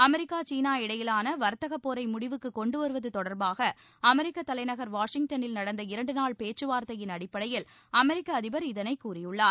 America China இடையிலான வர்த்தகப்போரை முடிவுக்கு கொண்டுவருவது தொடர்பாக அமெரிக்க தலைநகர் வாஷிங்டனில் நடந்த இரண்டுநாள் பேச்சுவார்த்தையின் அடிப்படையில் அமெரிக்க அதிபர் இதனைக் கூறியுள்ளார்